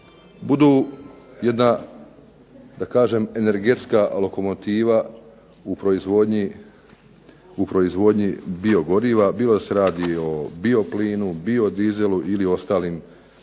budu jedna da kažem energetska lokomotiva u proizvodnji biogoriva bilo da se radi o bioplinu, biodizelu ili ostalim